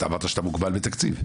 אתה אמרת שאתה מוגבל בתקציב.